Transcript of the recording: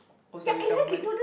oh sorry government